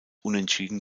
unentschieden